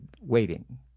waiting